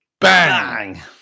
Bang